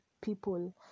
people